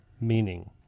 meaning